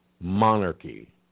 Monarchy